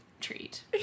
Treat